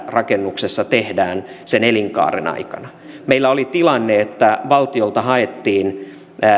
rakennuksessa tehdään sen elinkaaren aikana meillä oli tilanne että valtiolta haettiin